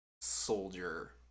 soldier